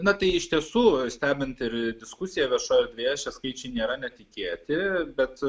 na tai iš tiesų stebint ir diskusiją viešoj erdvėje šie skaičiai nėra netikėti bet